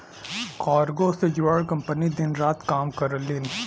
cargo से जुड़ल company दिन रात काम करलीन